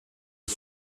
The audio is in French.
est